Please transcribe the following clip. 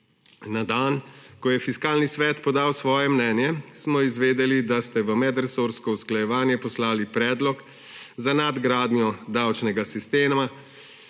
Na dan, ko je Fiskalni svet podal svoje mnenje, smo izvedeli, da ste v medresorsko usklajevanje poslali predlog za nadgradnjo davčnega sistema,